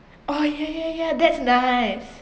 oh yeah yeah yeah that's nice